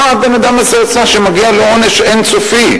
מה הבן-אדם הזה עשה שמגיע לו עונש אין-סופי?